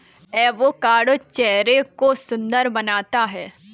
avocado चेहरे को सुंदर बनाता है